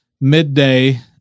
midday